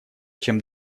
чем